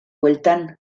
bueltan